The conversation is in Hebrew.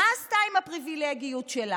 מה היא עשתה עם הפריבילגיות שלה?